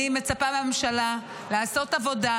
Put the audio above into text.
אני מצפה מהממשלה לעשות עבודה,